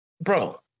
Bro